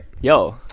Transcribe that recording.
yo